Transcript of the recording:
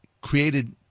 created